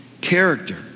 Character